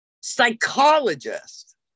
psychologist